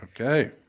Okay